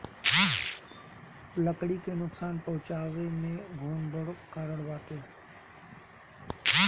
लकड़ी के नुकसान पहुंचावे में घुन बड़ कारण बाटे